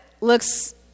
looks